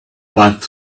path